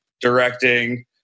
directing